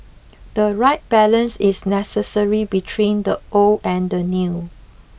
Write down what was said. the right balance is necessary between the old and the new